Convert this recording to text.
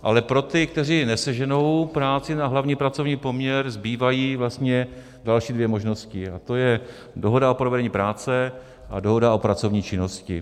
Ale pro ty, kteří neseženou práci na hlavní pracovní poměr, zbývají vlastně další dvě možnosti, a to je dohoda o provedení práce a dohoda o pracovní činnosti.